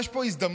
יש פה הזדמנות,